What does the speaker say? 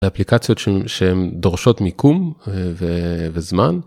לאפליקציות שהן דורשות מיקום וזמן.